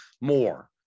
more